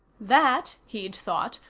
that, he'd thought,